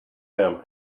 him